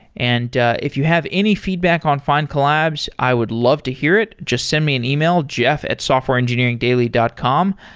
and if you have any feedback on findcollabs, i would love to hear it. just send me an e mail, jeff at softwareengineeringdaily dot com.